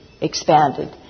expanded